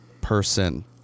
person